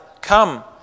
Come